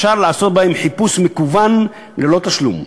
אפשר לעשות בהם חיפוש מקוון ללא תשלום.